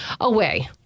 away